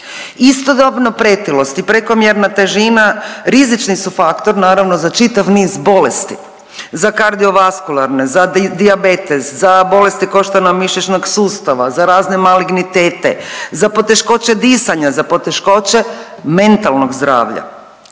Istodobno pretilost i prekomjerna težina rizični su faktor naravno za čitav niz bolesti, za kardiovaskularne, za dijabetes, za bolesti koštano mišićnog sustava, za razne malignitete, za poteškoće disanja, za poteškoće mentalnog zdravlja.